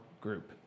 group